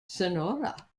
sonora